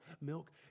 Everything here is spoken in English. milk